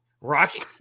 Rocky